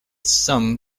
some